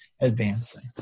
advancing